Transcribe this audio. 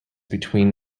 between